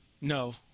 no